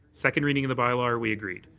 second reading of the bylaw are we agreed?